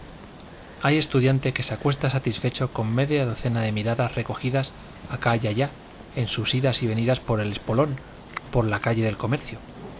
hay estudiante que se acuesta satisfecho con media docena de miradas recogidas acá y allá en sus idas y venidas por el espolón o por la calle del comercio